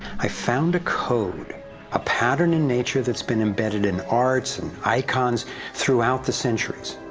i found a code a pattern in nature that's been embedded in arts and icons throughout the centuries.